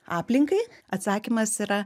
aplinkai atsakymas yra